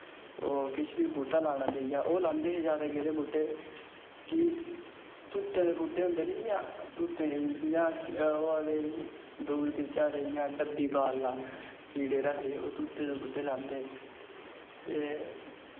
ओह् किश बी बूह्टा लाना पवै ओह् लांदे हे बूह्टे तूत्तल बूह्टे होंदे ना तूतै ते जियां डोगरी च आक्खदे ना पालना बेह्ड़े आक्खदे ओह् तूतें दे बूह्टे लांदे हे